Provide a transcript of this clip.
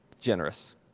generous